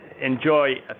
enjoy